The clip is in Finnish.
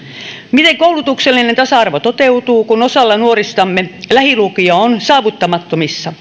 miten koulutuksellinen tasa arvo toteutuu kun osalla nuoristamme lähilukio on saavuttamattomissa